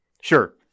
Sure